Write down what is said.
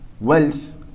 wealth